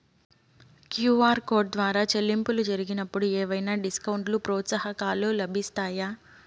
QR code ద్వారా చెల్లింపులు జరిగినప్పుడు ఏవైనా డిస్కౌంట్ లు, ప్రోత్సాహకాలు లభిస్తాయా?